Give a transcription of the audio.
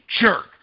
jerk